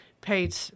paid